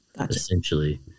essentially